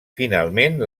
finalment